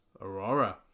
aurora